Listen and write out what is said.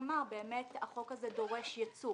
באמת החוק הזה דורש ייצוא